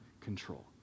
control